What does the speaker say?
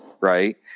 Right